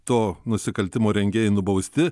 to nusikaltimo rengėjai nubausti